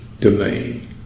domain